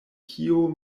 kio